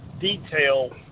detail